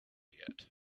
yet